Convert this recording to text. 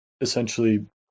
essentially